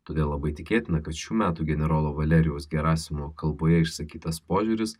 todėl labai tikėtina kad šių metų generolo valerijaus gerasimovo kalboje išsakytas požiūris